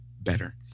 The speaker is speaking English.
better